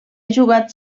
jugat